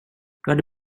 hade